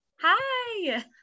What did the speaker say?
Hi